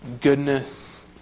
goodness